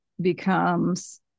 becomes